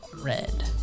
Red